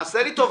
טובה.